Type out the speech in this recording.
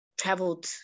traveled